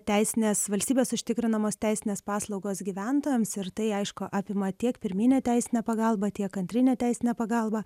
teisinės valstybės užtikrinamos teisinės paslaugos gyventojams ir tai aišku apima tiek pirminę teisinę pagalbą tiek antrinę teisinę pagalbą